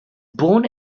born